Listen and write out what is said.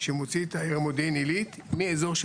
שמוציא את העיר מודיעין עילית מאזור של